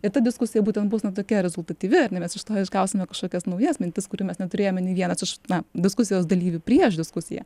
ir ta diskusija būtent bus na tokia rezultatyvi ar ne mes iš to išgausime kažkokias naujas mintis kurių mes neturėjome nei vienas iš diskusijos dalyvių prieš diskusiją